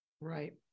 Right